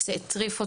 זה הטריף אותי.